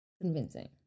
convincing